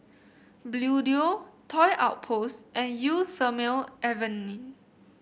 Bluedio Toy Outpost and Eau Thermale Avene